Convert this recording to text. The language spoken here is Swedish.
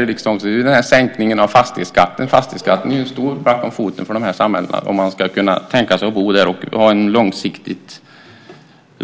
i riksdagen sänkningen av fastighetsskatten. Fastighetsskatten är en stor black om foten för dessa samhällen om man tänker sig att bo där långsiktigt.